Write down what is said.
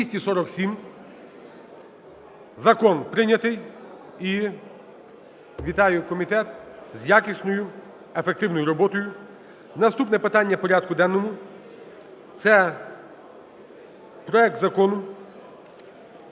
За-247 Закон прийнятий. І вітаю комітет з якісною, ефективною роботою. Наступне питання порядку денного – це проект Закону